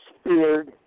speared